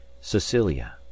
cecilia